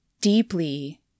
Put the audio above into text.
deeply